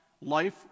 life